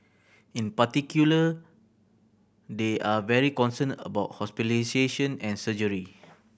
in particular they are very concerned about hospitalisation and surgery